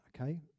okay